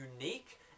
unique